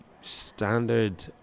standard